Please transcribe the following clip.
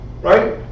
right